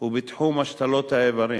הוא בתחום השתלות האיברים.